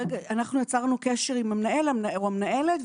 אנחנו יצרנו קשר עם המנהל או המנהלת,